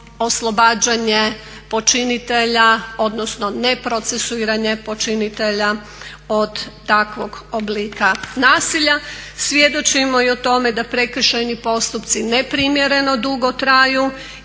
oslobađanje počinitelja, odnosno neprocesuiranje počinitelja od takvog oblika nasilja. Svjedočimo i o tome da prekršajni postupci neprimjereno dugo traju.